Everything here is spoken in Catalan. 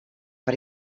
per